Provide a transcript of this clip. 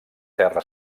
terra